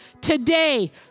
Today